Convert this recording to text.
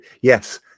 Yes